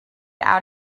out